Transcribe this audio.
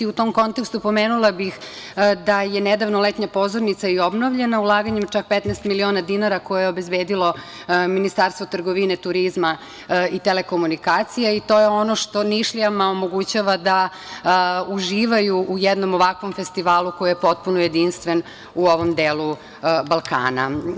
U tom kontekstu pomenula bih da je nedavno letnja pozornica i obnovljena ulaganjem čak 15 miliona dinara koje je obezbedilo Ministarstvo trgovine, turizma i telekomunikacija i to je ono što Nišlijama omogućava da uživaju u jednom ovakvom festivalu koji je potpuno jedinstven u ovom delu Balkana.